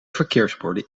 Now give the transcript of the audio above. verkeersborden